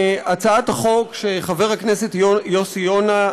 הצעת החוק שחבר הכנסת יוסי יונה,